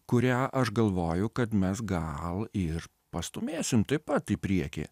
kurią aš galvoju kad mes gal ir pastūmėsim taip pat į priekį